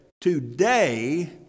today